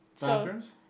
Bathrooms